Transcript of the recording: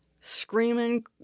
screaming